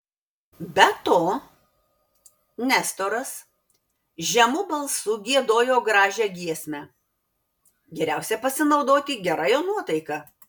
be to nestoras žemu balsu giedojo gražią giesmę geriausia pasinaudoti gera jo nuotaika